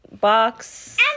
box